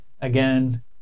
again